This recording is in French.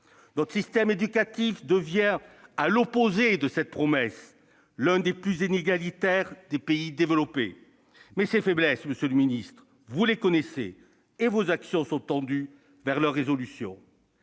Notre système éducatif devient à l'opposé de cette promesse : il est l'un des plus inégalitaires des pays développés. Ses faiblesses, monsieur le ministre, vous les connaissez, et vos actions sont tendues vers leur résolution.